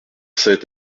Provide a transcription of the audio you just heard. sept